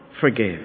forgive